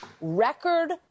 record